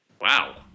Wow